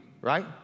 right